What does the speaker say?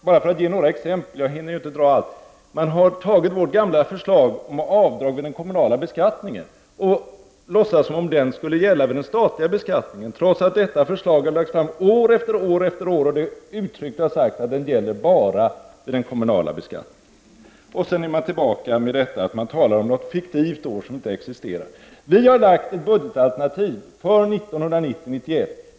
Bara för att ge några exempel — jag hinner ju inte dra allt — vill jag säga att man har tagit vårt gamla förslag om avdrag vid den kommunala beskattningen och låtsas som om det skulle gälla vid den statliga beskattningen, trots att detta förslag har lagts fram år efter år och det uttryckligen har sagts att det gäller bara vid den kommunala beskattningen. Och sedan är man tillbaka vid detta att tala om något fiktivt år som inte existerar. Vi har lagt fram ett budgetalternativ för 1990/91.